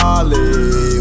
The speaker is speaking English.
Ollie